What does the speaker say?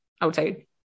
outside